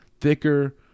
thicker